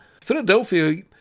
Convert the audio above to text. Philadelphia